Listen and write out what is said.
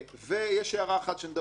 ויש הערה שנדבר עליה